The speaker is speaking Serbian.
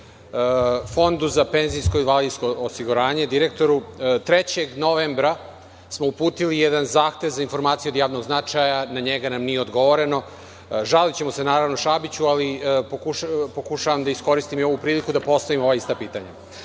Fondu za penzijsko i invalidsko osiguranje, direktoru, 3. novembra smo uputili jedan zahtev za informaciju od javnog značaja, na njega nam nije odgovoreno. Žalićemo se naravno Šabiću, ali pokušavam da iskoristim i ovu priliku da postavim ova ista pitanja. Pitanje